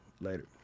Later